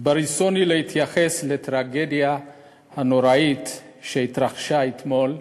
ברצוני להתייחס לטרגדיה הנוראית שהתרחשה אתמול,